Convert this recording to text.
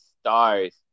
stars